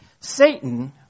Satan